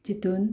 चितून